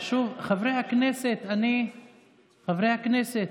שוב, חברי הכנסת, חברי הכנסת,